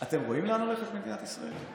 אתם רואים לאן הולכת מדינת ישראל?